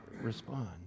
respond